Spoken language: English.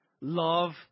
love